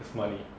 is money